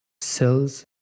cells